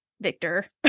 Victor